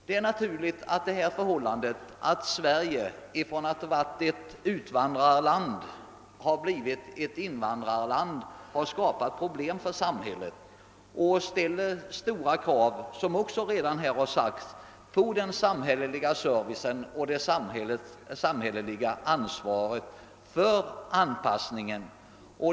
Det är naturligt att detta förhållande att Sverige från att ha varit ett utvandrarland har blivit ett invandrarland har skapat problem för samhället. Stora krav ställs, som också redan framhållits här, på den samhälleliga servicen och det samhälleliga ansvaret för anpassningen.